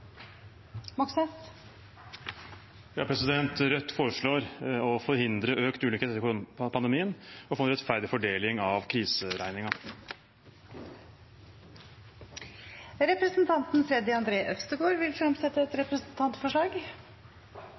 Rødt foreslår å forhindre økt ulikhet etter koronapandemien og sikre en rettferdig fordeling av kriseregninga. Representanten Freddy André Øvstegård vil fremsette et representantforslag.